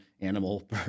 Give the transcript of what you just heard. animal